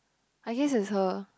I guess is her